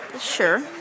sure